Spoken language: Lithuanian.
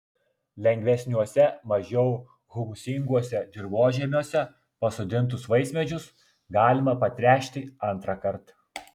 lengvesniuose mažiau humusinguose dirvožemiuose pasodintus vaismedžius galima patręšti antrąkart